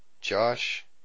Josh